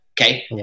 Okay